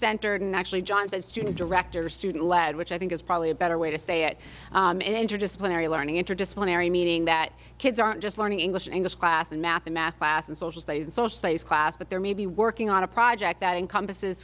centered and actually johnson student director student led which i think is probably a better way to say at an interdisciplinary learning interdisciplinary meeting that kids aren't just learning english in this class in math a math class in social studies and so ses class but there may be working on a project that encompasses